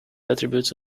attributes